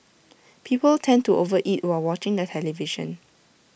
people tend to over eat while watching the television